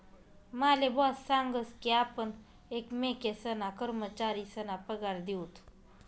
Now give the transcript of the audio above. माले बॉस सांगस की आपण एकमेकेसना कर्मचारीसना पगार दिऊत